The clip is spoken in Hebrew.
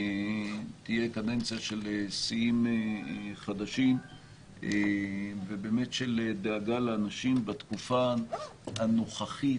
תהיה קדנציה של שיאים חדשים של דאגה לאנשים בתקופה הנוכחית,